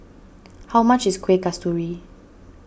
how much is Kueh Kasturi